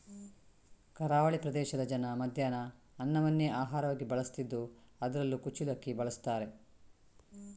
ಕರಾವಳಿ ಪ್ರದೇಶದ ಜನ ಮಧ್ಯಾಹ್ನ ಅನ್ನವನ್ನೇ ಆಹಾರವಾಗಿ ಬಳಸ್ತಿದ್ದು ಅದ್ರಲ್ಲೂ ಕುಚ್ಚಿಲು ಅಕ್ಕಿ ಬಳಸ್ತಾರೆ